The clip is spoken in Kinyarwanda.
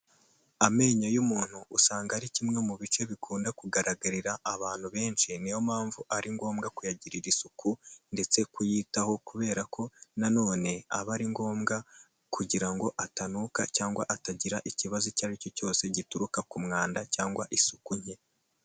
Amenyo y'umuntu usanga ari kimwe mu bice bikunda kugaragarira abantu benshi, niyo mpamvu ari ngombwa kuyagirira isuku ndetse kuyitaho kubera ko nanone aba ari ngombwa kugira ngo atanuka, cyangwa atagira ikibazo icyo ari cyo cyose gituruka ku mwanda cyangwa isuku nke.